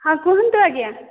ହଁ କୁହନ୍ତୁ ଆଜ୍ଞା